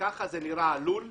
כך נראה הלול,